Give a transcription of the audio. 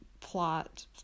plot